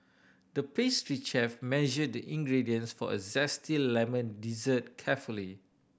the pastry chef measured the ingredients for a zesty lemon dessert carefully